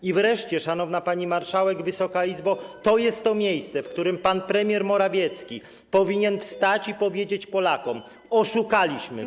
I wreszcie, szanowna pani marszałek, Wysoka Izbo, to jest to miejsce, w którym pan premier Morawiecki powinien wstać i powiedzieć Polakom: Oszukaliśmy was.